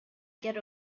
get